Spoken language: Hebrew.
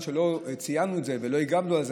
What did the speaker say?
שלא יתפרש שמכיוון שלא ציינו ולא הגבנו על זה,